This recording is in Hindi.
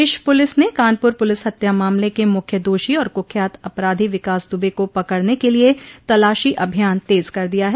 प्रदेश पुलिस ने कानपुर पुलिस हत्या मामले के मुख्य दोषी और कुख्यात अपराधी विकास दुबे को पकड़ने के लिए तलाशी अभियान तेज कर दिया है